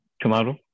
tomorrow